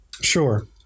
Sure